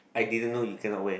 I didn't know you cannot wear